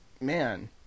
man